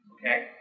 Okay